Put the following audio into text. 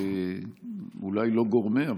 אולי לא גורמה,